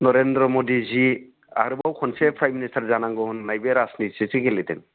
नरेन्द्र मडिजि आरोबाव खनसे prime minister जानांगौ होननाय बे राजनितिसो गेलेदों